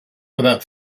without